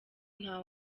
nta